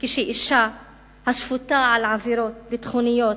וכשאשה השפוטה על עבירות ביטחוניות